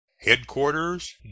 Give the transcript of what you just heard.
headquarters